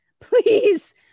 please